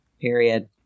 Period